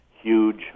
huge